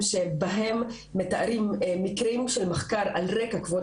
שבהם מתארים מקרים של מחקר על רקע כבוד